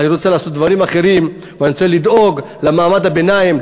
אני רוצה לעשות דברים אחרים ואני רוצה לדאוג למעמד הביניים,